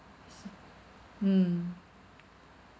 mm